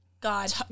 God